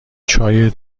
چای